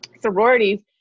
sororities